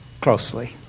closely